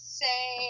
say